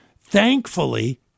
Thankfully